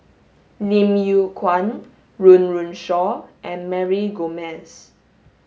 Lim Yew Kuan Run Run Shaw and Mary Gomes